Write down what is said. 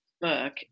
book